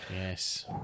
Yes